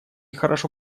хорошо